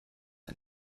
ein